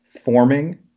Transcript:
forming